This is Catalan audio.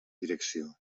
direcció